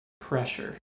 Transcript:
pressure